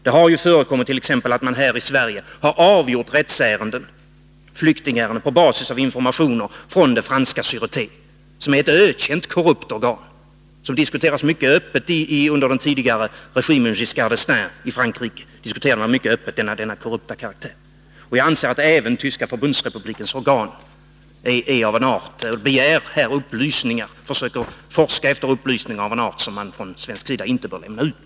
Det har t.ex. förekommit att man här i Sverige har avgjort rättsärenden, flyktingärenden, på basis av informationer från det franska Såreté, som är ett ökänt korrupt organ. Under den tidigare regimen Giscard d"Estaing i Frankrike diskuterade man mycket öppet denna korrupta karaktär. Jag anser att även tyska förbundsrepublikens organ försöker forska efter upplysningar av en art som man från svensk sida inte bör lämna ut.